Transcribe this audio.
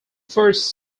first